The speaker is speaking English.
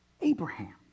Abraham